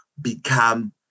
become